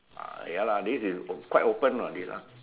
ya lah this is quite open what this ah